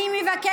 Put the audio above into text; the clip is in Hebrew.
אי-אפשר ככה,